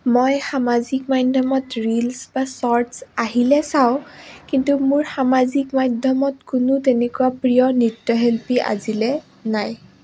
মই সামাজিক মাধ্যমত ৰীলছ বা শ্বৰ্টছ আহিলে চাওঁ কিন্তু মোৰ সামাজিক মাধ্যমত কোনো তেনেকুৱা প্ৰিয় নৃত্যশিল্পী আজিলৈ নাই